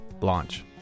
launch